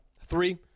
three